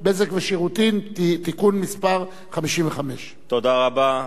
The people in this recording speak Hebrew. (בזק ושידורים) (תיקון מס' 55). תודה רבה.